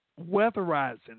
weatherizing